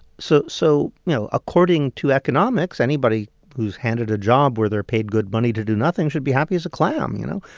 so, you so know, according to economics, anybody who's handed a job where they're paid good money to do nothing should be happy as a clam, you know.